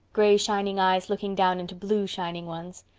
gray shining eyes looking down into blue shining ones.